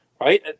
right